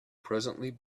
presently